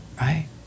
Right